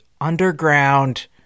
underground